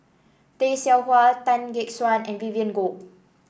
Tay Seow Huah Tan Gek Suan and Vivien Goh